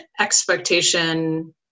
expectation